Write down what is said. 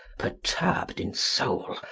perturbed in soul,